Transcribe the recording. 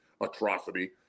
atrocity